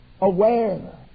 aware